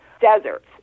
deserts